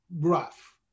rough